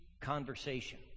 conversation